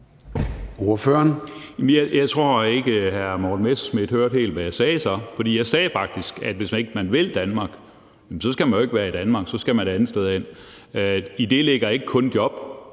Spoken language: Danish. Jeg tror ikke, at hr. Morten Messerschmidt helt hørte, hvad jeg sagde, for jeg sagde faktisk, at hvis ikke man vil Danmark, så skal man ikke være i Danmark. Så skal man et andet sted hen. I det ligger der ikke kun det